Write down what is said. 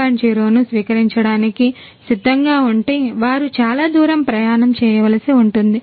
0 ను స్వీకరించడానికి సిద్ధంగా ఉంటే వారు చాలా దూరం ప్రయాణం చేయవలసి ఉంటుంది